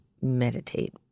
meditate